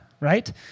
right